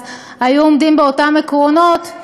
היו עומדים באותם עקרונות,